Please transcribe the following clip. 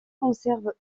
conserve